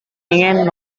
ingin